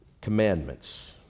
Commandments